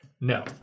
no